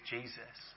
Jesus